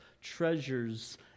treasures